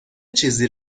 چیزی